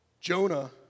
Jonah